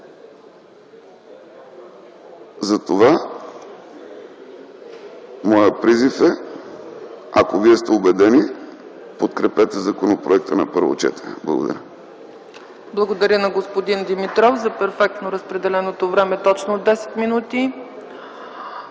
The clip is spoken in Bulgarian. Затова моят призив е, ако вие сте убедени, подкрепете законопроекта на първо четене. Благодаря. ПРЕДСЕДАТЕЛ ЦЕЦКА ЦАЧЕВА: Благодаря на господин Димитров за перфектно разпределеното време – точно 10 минути.